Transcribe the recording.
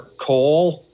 coal